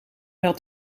had